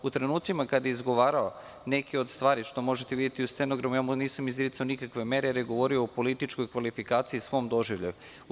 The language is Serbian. U trenucima kada je izgovarao neke od stvari, što možete videti i u stenogramu, ja mu nisam izricao nikakve mere jer je govorio o političkoj kvalifikaciji i svom doživljaju.